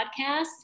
podcast